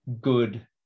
good